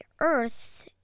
earth